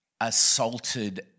assaulted